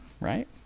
right